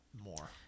more